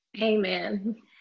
amen